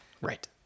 Right